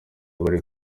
bari